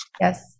Yes